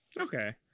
Okay